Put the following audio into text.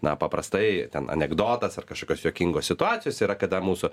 na paprastai ten anekdotas ar kažkokios juokingos situacijos yra kada mūsų